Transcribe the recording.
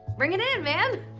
bring it in, man.